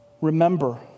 remember